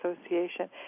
Association